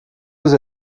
deux